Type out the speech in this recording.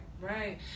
right